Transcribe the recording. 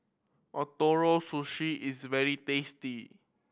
Ootoro Sushi is very tasty